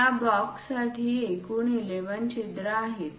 या बॉक्स साठी एकूण 11 छिद्र आहेत